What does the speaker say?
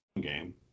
game